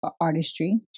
artistry